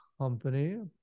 company